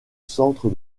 centre